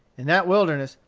in that wilderness,